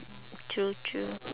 true true